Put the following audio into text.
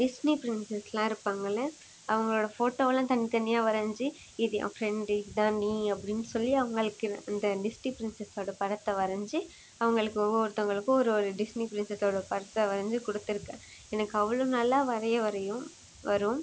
Disney princess எல்லாம் இருப்பாங்களே அவங்களோட ஃபோட்டோவைலாம் தனி தனியாக வரஞ்சு இது என் ஃப்ரெண்டு இதான் நீ அப்படின் சொல்லி அவங்களுக்கு அந்த டிஸ்னி ப்ரின்ஸசோட படத்த வரஞ்சு அவங்களுக்கு ஒவ்வொருத்தவங்களுக்கும் ஒரு ஒரு டிஸ்னி ப்ரின்சசோட படத்தை வரஞ்சு கொடுத்துருக்கன் எனக்கு அவ்வளோ நல்லா வரைய வரையும் வரும்